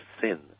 sin